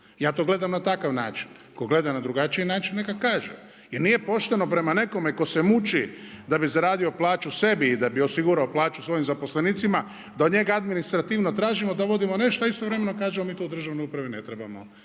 Ja to gledam na takav način. Tko gleda na drugačiji način neka kaže. I nije pošteno prema nekome tko se muči da bi zaradio plaću sebi i da bi osigurao plaću svojim zaposlenicima, da od njega administrativno tražimo da uvodimo nešto, a istovremeno kažemo mi to u državnoj upravi ne trebamo